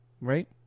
right